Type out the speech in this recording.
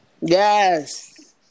Yes